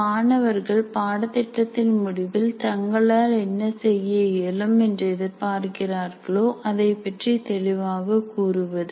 மாணவர்கள் பாடத் திட்டத்தின் முடிவில் தங்களால் என்ன செய்ய இயலும் என்று எதிர்பார்க்கிறார்களோ அதை பற்றி தெளிவாக கூறுவது